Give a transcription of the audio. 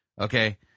okay